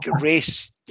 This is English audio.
race